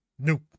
Nope